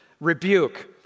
Rebuke